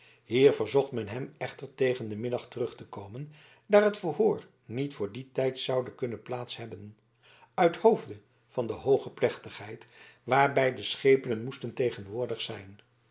hier verzocht men hem echter tegen den middag terug te komen daar het verhoor niet voor dien tijd zoude kunnen plaats hebben uithoofde van de hooge plechtigheid waarbij de schepenen moesten tegenwoordig zijn